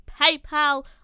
PayPal